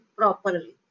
properly